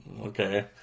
okay